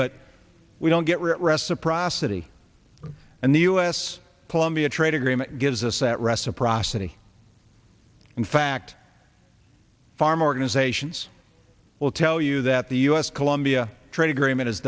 but we don't get reciprocity and the u s palumbi a trade agreement gives us that reciprocity in fact farm organizations will tell you that the u s colombia trade agreement is